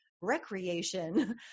recreation